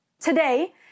Today